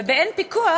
ובאין פיקוח,